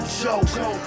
joke